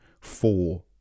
four